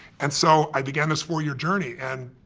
and so i began this four year journey and,